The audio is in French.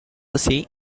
aussi